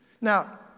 Now